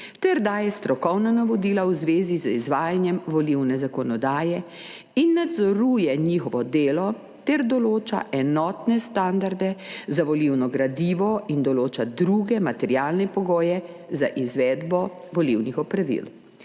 ter daje strokovna navodila v zvezi z izvajanjem volilne zakonodaje in nadzoruje njihovo delo ter določa enotne standarde za volilno gradivo in določa druge materialne pogoje za izvedbo volilnih opravil.